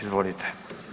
Izvolite.